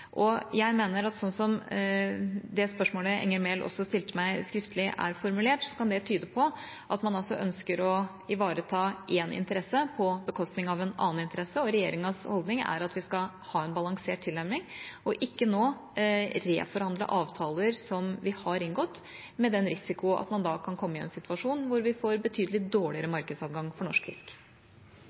Jeg mener at måten spørsmålet fra representanten Enger Mehl, som hun stilte meg også skriftlig, er formulert på, kan tyde på at man ønsker å ivareta én interesse på bekostning av en annen interesse. Regjeringas holdning er at vi skal ha en balansert tilnærming og ikke nå reforhandle avtaler som vi har inngått, med den risikoen at vi da kan komme i en situasjon der vi får en betydelig dårligere markedsadgang for norsk fisk.